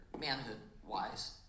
manhood-wise